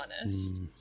honest